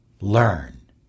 learn